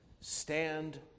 stand